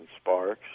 Sparks